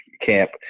camp